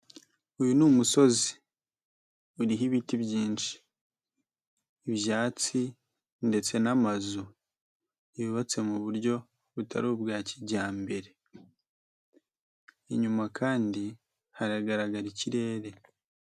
Uyu ni umusozi uriho ibiti byinshi ibyatsi ndetse n'amazu yubatse mu buryo butari ubwa kijyambere. Inyuma kandi haragaragara ikirere.